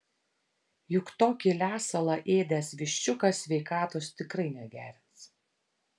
juk tokį lesalą ėdęs viščiukas sveikatos tikrai negerins